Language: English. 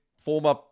former